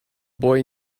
boy